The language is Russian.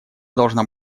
должна